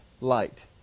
light